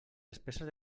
despeses